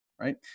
Right